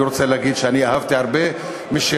אני רוצה להגיד שאני אהבתי הרבה משיריו,